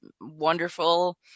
wonderful